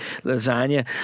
lasagna